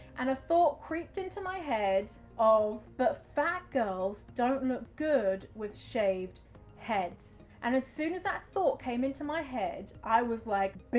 and a thought creeped into my head of, but fat girls don't look good with shaved heads. and as soon as that thought came into my head, i was like,